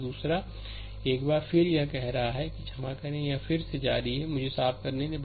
दूसरा एक बार फिर यह कह रहा है कि क्षमा करें यह फिर से जारी है मुझे इसे साफ करने दें